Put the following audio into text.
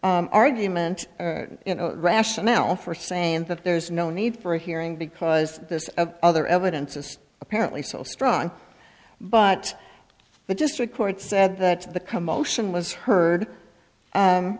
circular argument rationale for saying that there's no need for a hearing because this of other evidence is apparently so strong but the district court said that the commotion was heard